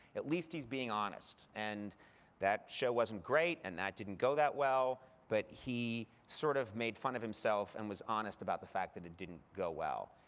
at least he's being honest. and that show wasn't great, and that didn't go that well, but he sort of made fun of himself, and was honest about the fact that it didn't go well.